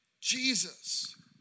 Jesus